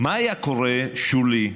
מה היה קורה, שולי,